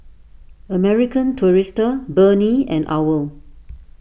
American Tourister Burnie and Owl